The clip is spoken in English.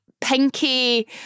pinky